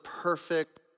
perfect